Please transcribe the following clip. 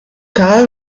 karl